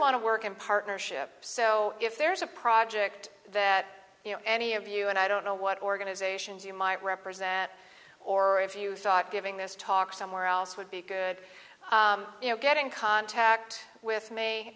want to work in partnership so if there's a project that you know any of you and i don't know what organizations you might represent or if you thought giving this talk somewhere else would be good you know get in contact with me